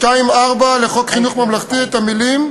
לחוק חינוך ממלכתי את המילים: